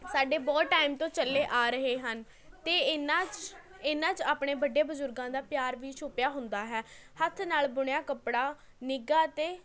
ਸਾਡੇ ਬਹੁਤ ਟਾਈਮ ਤੋਂ ਚੱਲੇ ਆ ਰਹੇ ਹਨ ਅਤੇ ਇਹਨਾਂ 'ਚ ਇਹਨਾਂ ਚ ਆਪਣੇ ਵੱਡੇ ਬਜ਼ੁਰਗਾਂ ਦਾ ਪਿਆਰ ਵੀ ਛੁਪਿਆ ਹੁੰਦਾ ਹੈ ਹੱਥ ਨਾਲ਼ ਬੁਣਿਆ ਕੱਪੜਾ ਨਿੱਘਾ ਅਤੇ